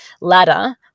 ladder